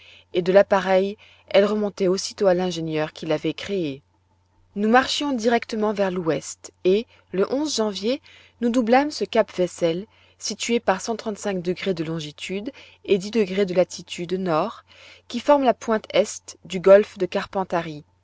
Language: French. et de l'appareil elle remontait aussitôt à l'ingénieur qui l'avait créé nous marchions directement vers l'ouest et le janvier nous doublâmes ce cap wessel situé par de longitude et de latitude nord qui forme la pointe est du golfe de carpentarie